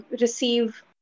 receive